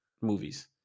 movies